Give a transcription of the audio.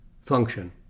function